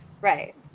Right